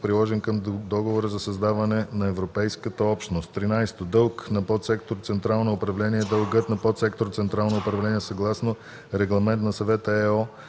приложен към Договора за създаване на Европейската общност. 13. „Дълг на подсектор „Централно управление” е дългът на подсектор „Централно управление” съгласно Регламент на Съвета (ЕО)